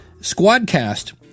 squadcast